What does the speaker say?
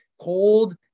Cold